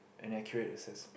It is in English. an accurate access